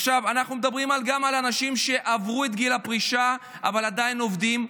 עכשיו אנחנו מדברים גם על אנשים שעברו את גיל הפרישה אבל עדיין עובדים.